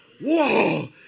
Whoa